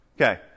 Okay